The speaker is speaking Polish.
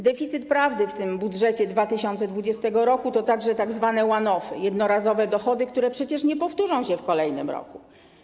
Deficyt prawdy w tym budżecie na 2020 r. to także tzw. one-off, jednorazowe dochody, które przecież nie powtórzą się w kolejnym roku.